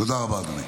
תודה רבה, אדוני.